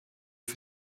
für